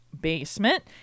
basement